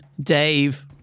Dave